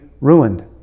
ruined